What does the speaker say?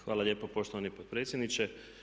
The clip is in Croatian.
Hvala lijepo poštovani potpredsjedniče.